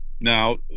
Now